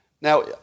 Now